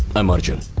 i'm arjun.